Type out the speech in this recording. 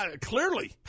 Clearly